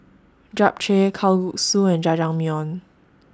Japchae Kalguksu and Jajangmyeon